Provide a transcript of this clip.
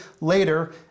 later